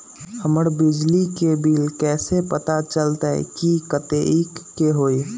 हमर बिजली के बिल कैसे पता चलतै की कतेइक के होई?